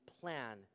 plan